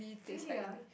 really ah